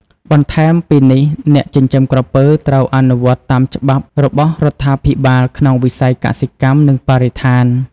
បន្ថែមពីនេះអ្នកចិញ្ចឹមក្រពើត្រូវអនុវត្តតាមច្បាប់របស់រដ្ឋាភិបាលក្នុងវិស័យកសិកម្ម និងបរិស្ថាន។